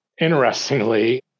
interestingly